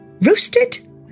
roasted